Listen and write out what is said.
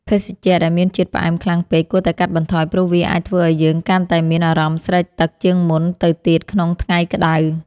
ភេសជ្ជៈដែលមានជាតិផ្អែមខ្លាំងពេកគួរតែកាត់បន្ថយព្រោះវាអាចធ្វើឱ្យយើងកាន់តែមានអារម្មណ៍ស្រេកទឹកជាងមុនទៅទៀតក្នុងថ្ងៃក្តៅ។